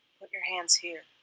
put your hands here.